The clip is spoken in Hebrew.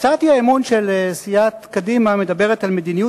הצעת האי-אמון של סיעת קדימה מדברת על מדיניות